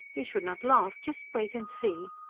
he should not laugh just wait and see.